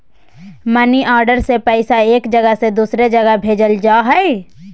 money order से पैसा एक जगह से दूसर जगह भेजल जा हय